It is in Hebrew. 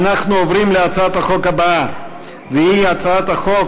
אנחנו עוברים להצעת החוק הבאה, הצעת חוק